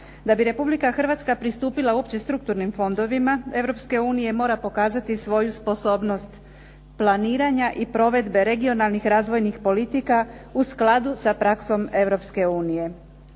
Da bi Republika Hrvatska pristupila uopće strukturnim fondovima Europske unije, mora pokazati svoju sposobnost planiranja i provedbe regionalnih razvojnih politika, u skladu sa praksom